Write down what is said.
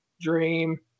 Dream